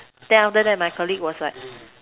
then after that my colleague was like